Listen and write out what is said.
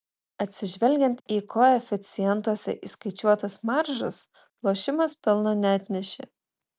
atsižvelgiant į koeficientuose įskaičiuotas maržas lošimas pelno neatnešė